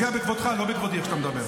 זה פוגע בכבודך, לא בכבודי, איך שאתה מדבר.